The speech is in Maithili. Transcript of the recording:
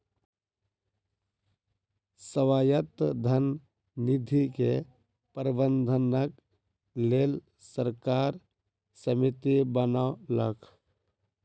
स्वायत्त धन निधि के प्रबंधनक लेल सरकार समिति बनौलक